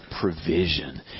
provision